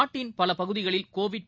நாட்டின் பலபகுதிகளில் கோவிட்